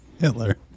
Hitler